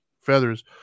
feathers